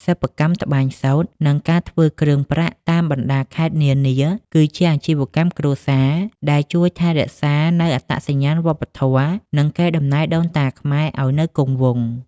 សិប្បកម្មត្បាញសូត្រ និងការធ្វើគ្រឿងប្រាក់តាមបណ្ដាខេត្តនានា គឺជាអាជីវកម្មគ្រួសារដែលជួយថែរក្សានូវអត្តសញ្ញាណវប្បធម៌ និងកេរដំណែលដូនតាខ្មែរឱ្យនៅគង់វង្ស។